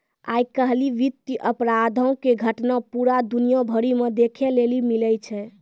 आइ काल्हि वित्तीय अपराधो के घटना पूरा दुनिया भरि मे देखै लेली मिलै छै